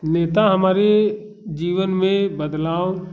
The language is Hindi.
नेता हमारे जीवन में बदलाव